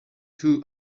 too